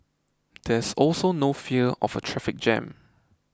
there's also no fear of a traffic jam